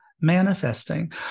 manifesting